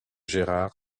gérald